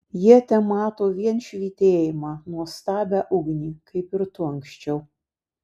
jie temato vien švytėjimą nuostabią ugnį kaip ir tu anksčiau